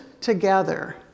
together